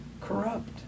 corrupt